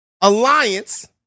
Alliance